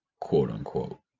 quote-unquote